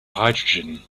hydrogen